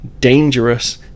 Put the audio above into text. dangerous